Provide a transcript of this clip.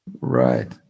Right